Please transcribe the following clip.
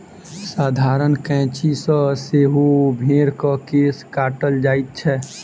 साधारण कैंची सॅ सेहो भेंड़क केश काटल जाइत छै